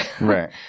Right